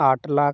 ᱟᱴ lakh